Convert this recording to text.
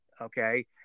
okay